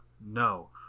no